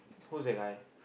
who's that guy